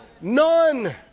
None